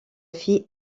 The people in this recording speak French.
fit